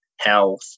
health